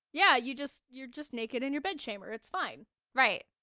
yeah. you just, you're just naked in your bed chamber. it's fine right,